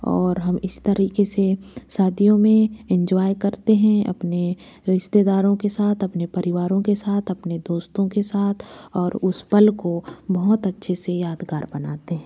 और हम इस तरीके से सादियों में इंजॉय करते हैं अपने रिश्तेदारों के साथ अपने परिवारों के साथ अपने दोस्तों के साथ और उस पल को बहुत अच्छे से यादगार बनाते हैं